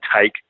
take